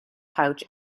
pouch